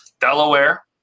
Delaware